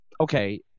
Okay